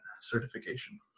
certification